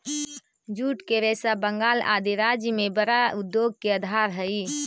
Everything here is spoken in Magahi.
जूट के रेशा बंगाल आदि राज्य में बड़ा उद्योग के आधार हई